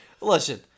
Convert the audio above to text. Listen